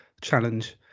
challenge